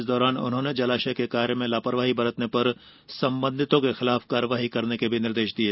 इस दौरान जलाशय के कार्य में लापरवाही बरतने पर संबंधितों के खिलाफ कार्यवाही करने के निर्देश दिये